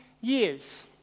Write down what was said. years